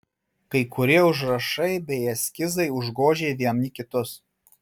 kai kurie užrašai bei eskizai užgožė vieni kitus